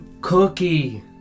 Cookie